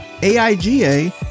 AIGA